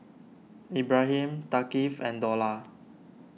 Ibrahim Thaqif and Dollah